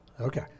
Okay